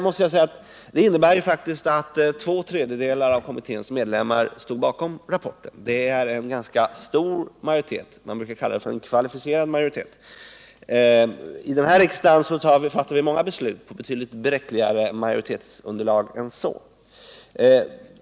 Men det innebär faktiskt att två tredjedelar av kommitténs medlemmar stod bakom rapporten. Det är en ganska stor majoritet, man brukar kalla det för en kvalificerad majoritet. I den här riksdagen fattar vi många beslut på betydligt bräckligare majoritetsunderlag än så.